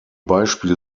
beispiel